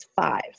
five